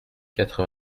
quatre